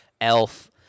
Elf